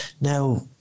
now